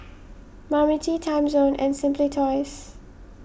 Marmite Timezone and Simply Toys